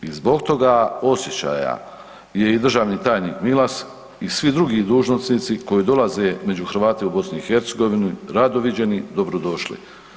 I zbog toga osjećaja je i državni tajnik Milas i svi drugi dužnosnici koji dolaze među Hrvate u BiH rado viđeni i dobrodošli.